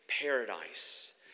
paradise